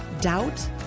doubt